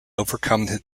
overcome